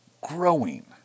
growing